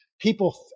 People